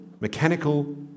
mechanical